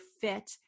fit